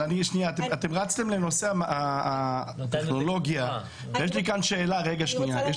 אתם רצתם לנושא הטכנולוגיה ויש לי שאלה